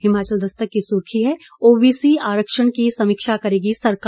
हिमाचल दस्तक की सुर्खी है ओबीसी आरक्षण की समीक्षा करेगी सरकार